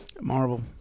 Marvel